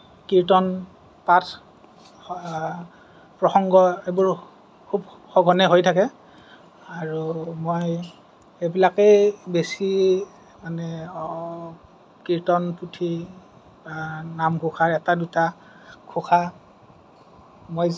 কীৰ্তন পাঠ প্ৰসংগ এইবোৰ খুব সঘনে হৈ থাকে আৰু মই এইবিলাকেই বেছি মানে কীৰ্তন পুথি বা নামঘোষাৰ এটা দুটা ঘোষা